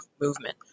movement